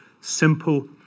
simple